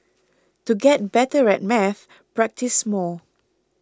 to get better at maths practise more